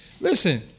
Listen